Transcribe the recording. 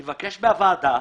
אני מבקש מהוועדה,